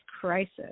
crisis